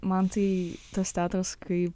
man tai tas teatras kai